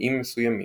בתנאים מסוימים.